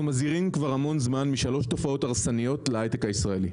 אנחנו מזהירים כבר המון זמן משלוש תופעות הרסניות להייטק הישראלי: